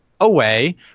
away